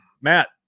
Matt